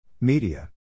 Media